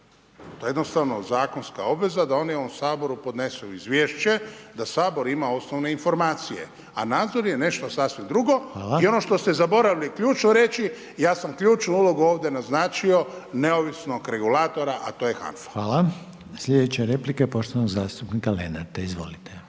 to je jednostavno zakonska obveza, da oni u Saboru podnesu izvješće da Sabor ima osnovne informacije, a nadzor je nešto sasvim drugo. I ono što ste zaboravili ključno reći, ja sam ključnu ulogu ovdje naznačio neovisnog regulatora, a to je HANFA. **Reiner, Željko (HDZ)** Hvala. Sljedeća replika je poštovanog zastupnika Lenarta. Izvolite.